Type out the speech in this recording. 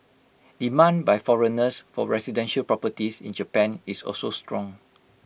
demand by foreigners for residential properties in Japan is also strong